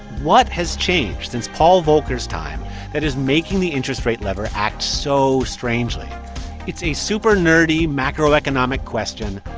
what has changed since paul volcker's time that is making the interest rate lever act so strangely it's a super-nerdy macroeconomic question,